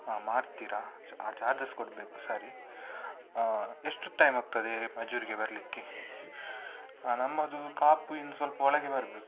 ಹಾಂ ಮಾಡ್ತೀರಾ ಆ ಚಾರ್ಜಸ್ ಕೊಡಬೇಕು ಸರಿ ಎಷ್ಟು ಟೈಮ್ ಆಗ್ತದೆ ಮಜೂರಿಗೆ ಬರಲಿಕ್ಕೆ ನಮ್ಮದು ಕಾಪು ಇನ್ನು ಸ್ವಲ್ಪ ಒಳಗೆ ಬರಬೇಕು